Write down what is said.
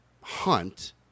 hunt